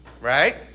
Right